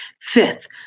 Fifth